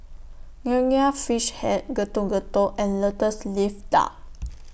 Nonya Fish Head Getuk Getuk and Lotus Leaf Duck